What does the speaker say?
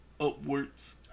upwards